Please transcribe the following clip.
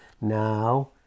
Now